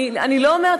אני לא אומרת,